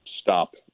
stop